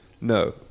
No